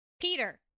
Peter